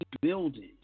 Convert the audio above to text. building